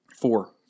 Four